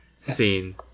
seen